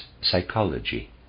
psychology